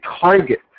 target